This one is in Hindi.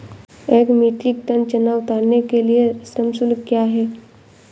एक मीट्रिक टन चना उतारने के लिए श्रम शुल्क क्या है?